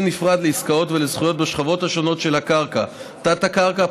נפרד לעסקאות ולזכויות בשכבות השונות של הקרקע: תת-הקרקע,